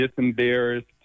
disembarrassed